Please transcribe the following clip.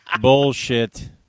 Bullshit